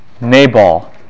Nabal